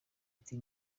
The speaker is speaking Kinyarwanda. ati